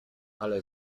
ale